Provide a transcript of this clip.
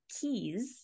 keys